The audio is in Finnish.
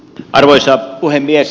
arvoisa puhemies